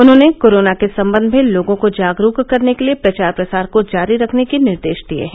उन्होंने कोरोना के सम्बंध में लोगों को जागरूक करने के लिए प्रचार प्रसार को जारी रखने के निर्देश दिए हैं